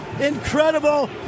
incredible